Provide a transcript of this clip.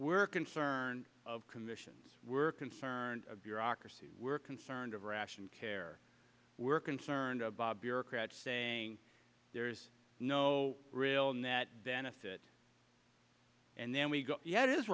we're concerned of conditions we're concerned a bureaucracy we're concerned of ration care we're concerned bob bureaucrats saying there's no real net benefit and then we